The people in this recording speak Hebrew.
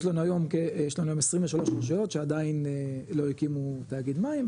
יש לנו היום יש לנו היום 23 רשויות שעדיין לא הקימו תאגיד מים,